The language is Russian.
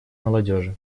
молодежи